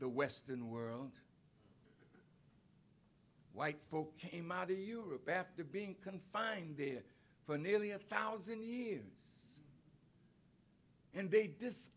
the western world and white folks came out to europe after being confined there for nearly a thousand years and they